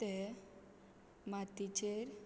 ते मातयेचेर